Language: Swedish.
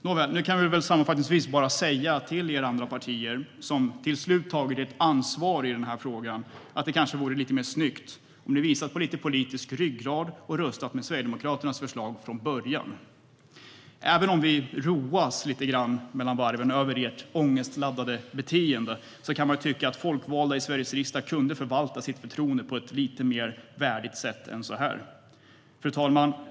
Nåväl, sammanfattningsvis kan vi bara säga till er i andra partier som till slut har tagit ert ansvar i den här frågan att det kanske vore snyggare om ni hade visat politisk ryggrad och röstat med Sverigedemokraternas förslag från början. Även om vi roas lite grann över ert ångestladdade beteende kan man tycka att folkvalda i Sveriges riksdag borde förvalta sitt förtroende på ett lite mer värdigt sätt än så här. Fru talman!